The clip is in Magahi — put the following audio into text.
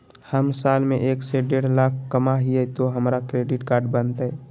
हम साल में एक से देढ लाख कमा हिये तो हमरा क्रेडिट कार्ड बनते?